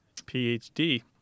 PhD